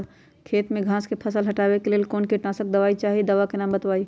खेत में घास के फसल से हटावे के लेल कौन किटनाशक दवाई चाहि दवा का नाम बताआई?